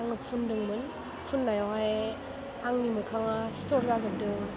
आं फुनदोंमोन फुननायावहाय आंनि मोखाङा सिथर जाजोबदों